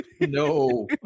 No